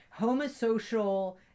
homosocial